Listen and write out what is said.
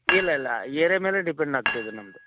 ಇಲ್ಲ ಇಲ್ಲ ಏರ್ಯಾ ಮೇಲೆ ಡಿಪೆಂಡಾಗ್ತಿದೆ ನಮ್ಮದು